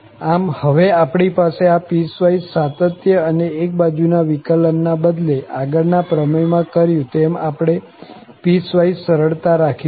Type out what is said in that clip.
આમ હવે આપણી પાસે આ પીસવાઈસ સાતત્ય અને એક બાજુ ના વિકલન ના બદલે આગળ ના પ્રમેય માં કર્યું તેમ આપણે પીસવાઈસ સરળતા રાખી શકીશું